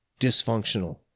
dysfunctional